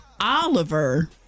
Oliver